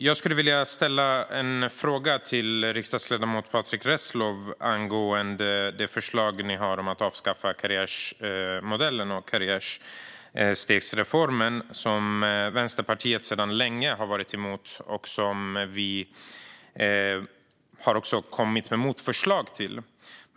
Jag skulle vilja ställa en fråga till riksdagsledamot Patrick Reslow angående det förslag ni har lagt fram om att avskaffa karriärmodellen och karriärstegsreformen, som Vänsterpartiet länge har varit emot och som vi har lagt fram motförslag till.